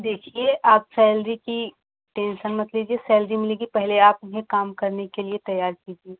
देखिए आप सैलरी की टेंसन मत लीजिए सैलरी मिलेगी पहले आप उन्हें काम करने के लिए तैयार कीजिए